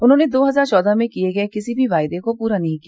उन्होंने दो हजार चौदह में किये गये किसी भी वायदे को पूरा नहीं किया